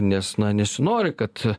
nes nesinori kad